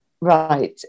Right